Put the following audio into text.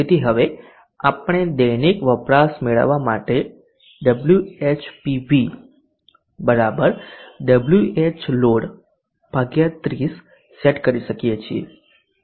તેથી હવે આપણે દૈનિક વપરાશ મેળવવા માટે Whpv Whload 30 સેટ કરી શકીએ છીએ